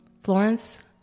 Florence